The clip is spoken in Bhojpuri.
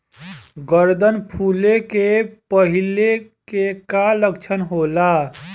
गर्दन फुले के पहिले के का लक्षण होला?